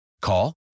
Call